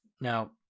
Now